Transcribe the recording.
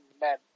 men